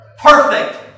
Perfect